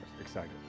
excited